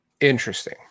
Interesting